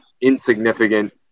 insignificant